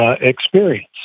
experience